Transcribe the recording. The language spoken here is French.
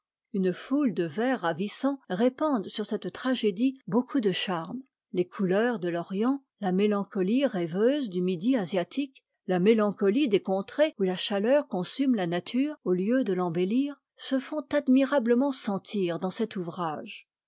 une foule de vers ravissants répandent sur cette tragédie beaucoup de charme les couleurs de t'orient la mélancolie rêveuse du midi asiatique la mélancolie des contrées où la chaleur consume la nature au lieu de l'embellir se font admirablement sentir dans cet ouvrage